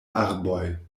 arboj